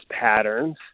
patterns